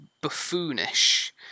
buffoonish